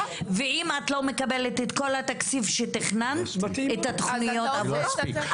ואם את לא מקבלת את כל התקציב שתכננת את התוכניות עבורו,